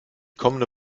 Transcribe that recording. kommende